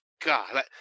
God